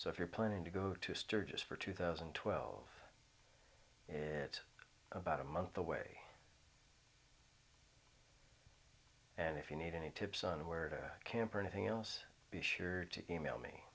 so if you're planning to go to sturgis for two thousand and twelve and it about a month away and if you need any tips on where camp or anything else be sure to email me